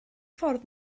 ffordd